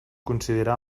coincidirà